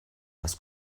was